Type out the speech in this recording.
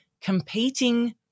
competing